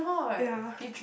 ya